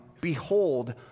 behold